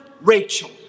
Rachel